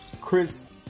Chris